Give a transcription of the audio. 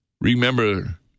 Remember